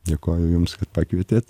dėkoju jums kad pakvietėt